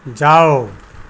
जाओ